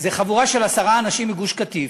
חבורה של עשרה אנשים מגוש-קטיף,